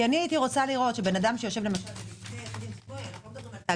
כי הייתי רוצה לראות שאדם שיושב ביחידים לתאגידים,